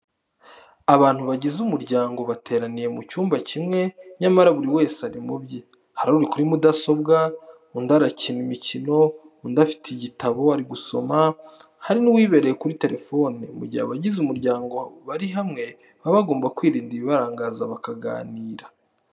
Abantu bagize umuryango bateraniye mu cyumba kimwe nyamara buri wese ari mu bye, hari uri kuri mudasobwa, undi arakina imikino, undi afite igitabo ari gusoma, hari n'uwibereye kuri telefoni. Mu gihe abagize umuryango bari hamwe baba bagomba kwirinda ibibarangaza bakaganira.